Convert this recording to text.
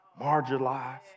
marginalized